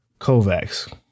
Kovacs